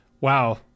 Wow